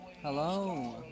Hello